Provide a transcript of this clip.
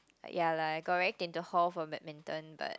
ya lah I got rec into hall for badminton but